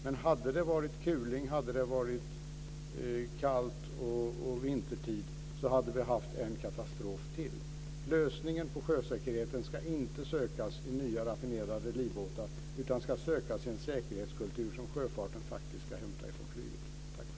Men hade det varit kuling, kallt och vinter hade det inträffat ytterligare katastrof. Lösningen på frågan om sjösäkerheten ska inte sökas i nya raffinerade livbåtar, utan den ska sökas i en säkerhetskultur som sjöfarten faktiskt ska hämta ifrån flyget.